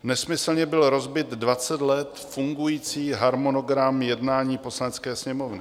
Nesmyslně byl rozbit dvacet let fungující harmonogram jednání Poslanecké sněmovny.